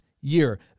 year